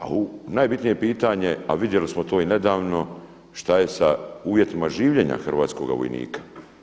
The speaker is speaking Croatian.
A najbitnije pitanje, a vidjeli smo to i nedavno, šta je sa uvjetima življenja hrvatskoga vojnika?